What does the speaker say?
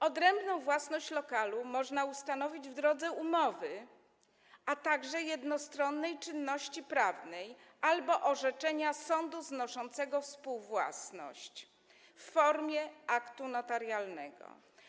Odrębną własność lokalu można ustanowić w drodze umowy, a także jednostronnej czynności prawnej albo orzeczenia sądu znoszącego współwłasność w formie aktu notarialnego.